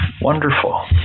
Wonderful